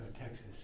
Texas